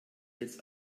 jetzt